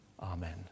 amen